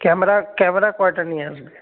camera camera কয়টা নিয়ে আসবে